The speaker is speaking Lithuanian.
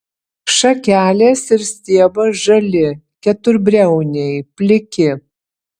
šakelės ir stiebas žali keturbriauniai pliki